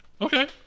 Okay